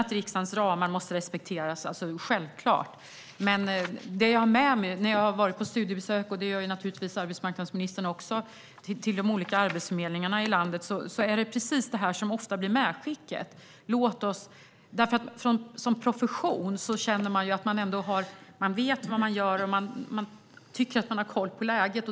Att riksdagens ramar måste respekteras är också självklart. Men när jag gör studiebesök på de olika arbetsförmedlingarna i landet - arbetsmarknadsministern gör naturligtvis också sådana - är det precis det här som ofta blir medskicket. Som profession känner man att man vet vad man gör och tycker att man har koll på läget.